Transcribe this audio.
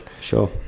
sure